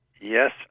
Yes